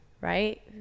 right